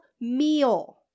meal